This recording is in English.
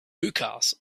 hookahs